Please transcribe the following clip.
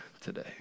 today